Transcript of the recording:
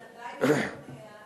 זה עדיין לא מונע,